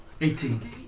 Eighteen